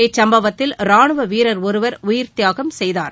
இச்சம்பவத்தில் ராணுவ வீரர் ஒருவர் உயிர்தியாகம் செய்தார்